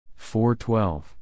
4:12